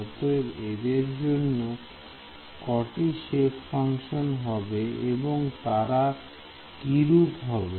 অতএব এদের জন্য কটি সেপ ফাংশন হবে এবং তারা কিরূপে হবে